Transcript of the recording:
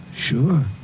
Sure